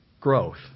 growth